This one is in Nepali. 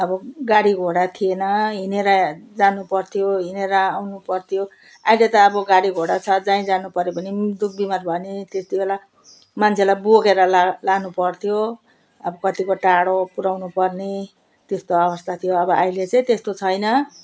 अब गाडीघोडा थिएन हिँडेर जानुपर्थ्यो हिँडेर आउनु पर्थ्यो अहिले त अब गाडीघोडा छ जहीँ जानुपऱ्यो भने पनि दुःखबिमार भयो भने पनि त्यति बेला मान्छेलाई बोकेर ला लानु पर्थ्यो अब कतिको टाढो पुर्याउनुपर्ने त्यस्तो अवस्था थियो अब अहिले चाहिँ त्यस्तो छैन